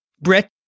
Brett